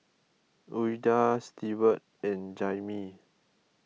Ouida Stewart and Jaimee